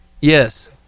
Yes